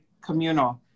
communal